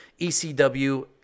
ECW